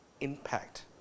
impact